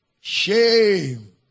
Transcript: Shame